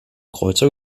kreuzer